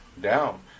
down